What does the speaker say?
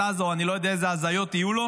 עזה או אני לא יודע איזה הזיות יהיו לו.